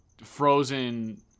frozen